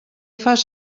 fas